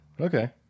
Okay